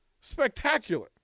Spectacular